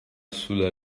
sulla